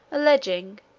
alleging,